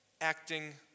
acting